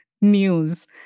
news